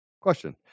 Question